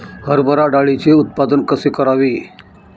हरभरा डाळीचे उत्पादन कसे करावे?